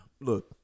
look